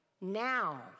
Now